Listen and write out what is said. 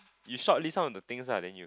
you shortlist some of the things ah then you